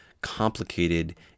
complicated